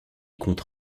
comptes